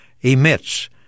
emits